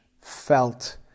felt